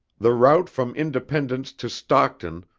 the route from independence to stockton,